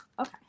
okay